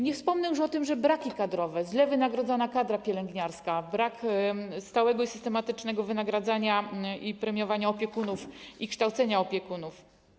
Nie wspomnę już o tym, że są braki kadrowe, źle wynagradzana kadra pielęgniarska, że brakuje stałego i systematycznego wynagradzania i premiowania opiekunów i kształcenia opiekunów.